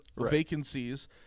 vacancies